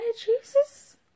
Jesus